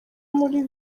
muri